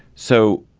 so